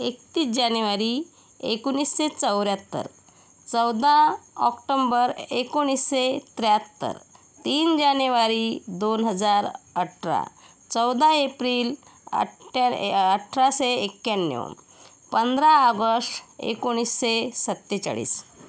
एकतीस जानेवारी एकोणीसशे चौऱ्याहत्तर चौदा ऑक्टोंबर एकोणीसशे त्र्याहत्तर तीन जानेवारी दोन हजार अठरा चौदा एप्रिल अट अठराशे एक्याण्णव पंधरा ऑगष एकोणीसशे सत्तेचाळीस